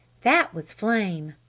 that was flame!